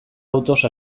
autoz